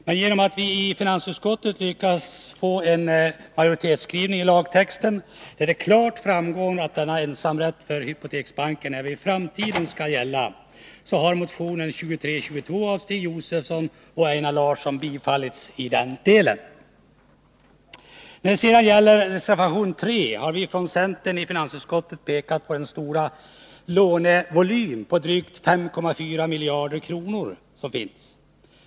Men genom att vi i finansutskottet lyckats få en majoritetsskrivning till lagtexten, där det klart framgår att denna ensamrätt för hypoteksbanken även i framtiden skall gälla, har motion 2322 av Stig Josefson och Einar Larsson tillstyrkts i den delen. När det sedan gäller reservation 3 har centerns ledamöter i finansutskottet pekat på den stora lånevolymen på drygt 5,4 miljarder kronor.